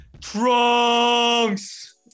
Trunks